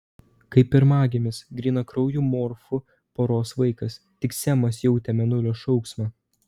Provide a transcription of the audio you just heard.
kaip pirmagimis grynakraujų morfų poros vaikas tik semas jautė mėnulio šauksmą